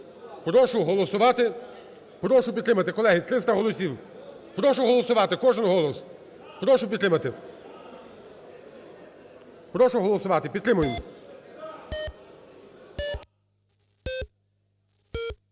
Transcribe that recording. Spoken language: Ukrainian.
Прошу голосувати, прошу підтримати. Колеги, 300 голосів! Прошу голосувати, кожен голос… Прошу підтримати. Прошу голосувати. Підтримуємо.